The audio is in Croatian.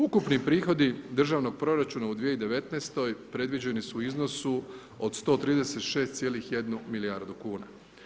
Ukupni prihodi Državnog proračuna u 2019. predviđeni su i iznosu od 136,1 milijardu kuna.